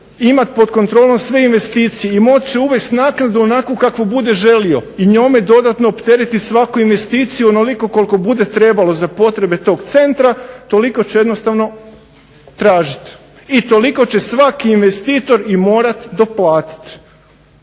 imati pod kontrolom sve investicije i moći će uvesti naknadu onakvu kakvu bude želio i njome dodatno opteretiti svaku investiciju onoliko koliko bude trebalo za potrebe tog centra toliko će jednostavno tražiti. I toliko će svaki investitor i morati to platiti.